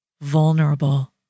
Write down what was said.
vulnerable